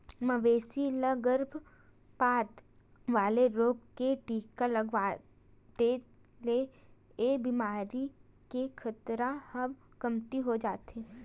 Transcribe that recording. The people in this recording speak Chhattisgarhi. मवेशी ल गरभपात वाला रोग के टीका लगवा दे ले ए बेमारी के खतरा ह कमती हो जाथे